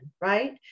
right